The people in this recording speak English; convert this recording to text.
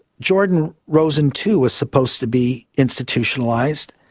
jordan rosen too was supposed to be institutionalised,